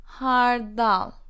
hardal